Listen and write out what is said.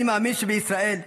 אני מאמין שבישראל,